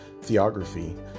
Theography